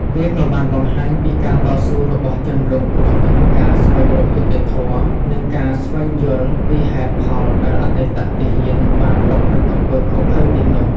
វាក៏បានបង្ហាញពីការតស៊ូរបស់ជនរងគ្រោះក្នុងការស្វែងរកយុត្តិធម៌ និងការស្វែងយល់ពីហេតុផលដែលអតីតទាហានបានប្រព្រឹត្តអំពើឃោរឃៅទាំងនោះ។